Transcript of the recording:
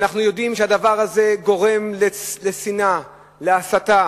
אנחנו יודעים שהדבר הזה גורם לשנאה ולהסתה.